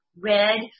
red